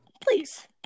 please